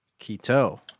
Keto